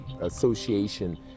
association